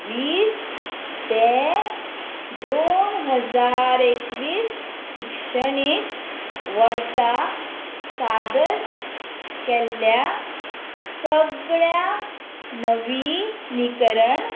वीस ते दोन हजार एकवीस शिक्षणीक वर्सा सादर केल्ल्या सगळ्या नवीनिकरण